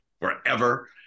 forever